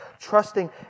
trusting